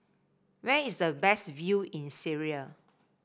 where is the best view in Syria